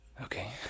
Okay